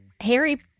Harry